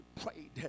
prayed